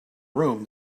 room